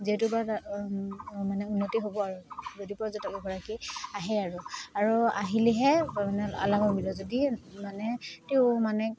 যিহেতু মানে উন্নতি হ'ব আৰু যদি পৰ্যটকগৰাকী আহে আৰু আৰু আহিলেহে মানে লাভাম্বিত যদি মানে তেওঁ মানে